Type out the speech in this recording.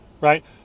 right